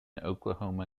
oklahoma